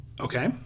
Okay